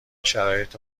شرایط